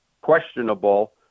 questionable